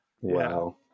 Wow